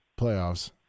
playoffs